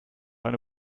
eine